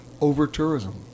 over-tourism